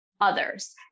others